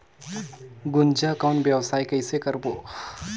गुनजा कौन व्यवसाय कइसे करबो?